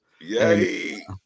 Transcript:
Yay